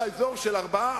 לאזור של 4,